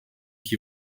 que